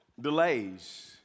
delays